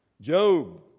Job